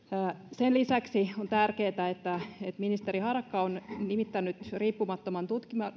sen lisäksi on tärkeätä että ministeri harakka on nimittänyt riippumattoman